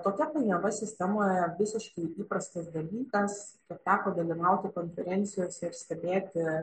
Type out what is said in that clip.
tokia painiava sistemoje visiškai įprastas dalykas kiek teko dalyvauti konferencijose ir stebėti